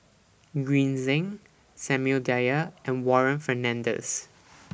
Green Zeng Samuel Dyer and Warren Fernandez